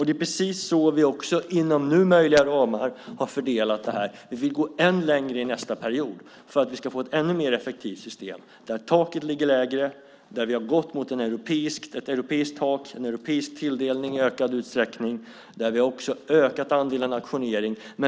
Det är precis så vi också inom nu möjliga ramar har fördelat detta, men vi vill gå än längre i nästa period för att vi ska få ett ännu mer effektivt system. Taket ska ligga lägre, vi ska gå mot ett europeiskt tak, i ökad utsträckning europeisk tilldelning och vi ska öka andelen auktionering.